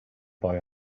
boy